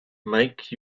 make